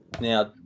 Now